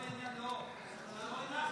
שלא הנחתם.